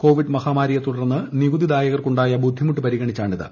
Covid മഹാമാരിയെത്തുടർന്ന് നികുതിദായകർക്കുണ്ടായ ബുദ്ധിമുട്ട് പരിഗണിച്ചാണിത്